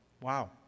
Wow